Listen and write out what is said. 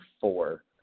four